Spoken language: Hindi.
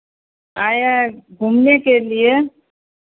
आए हैं घूमने के लिए